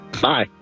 Bye